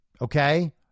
Okay